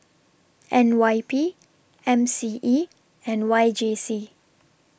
N Y P M C E and Y J C